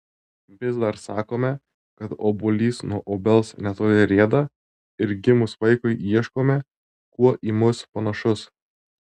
vis dar sakome kad obuolys nuo obels netoli rieda ir gimus vaikui ieškome kuo į mus panašus